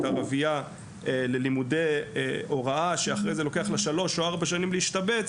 ערביה ללימודי הוראה שאחריהם לוקח להם שלוש או ארבע שנים להשתבץ?